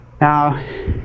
Now